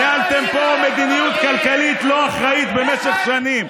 ניהלתם פה מדיניות כלכלית לא אחראית במשך שנים,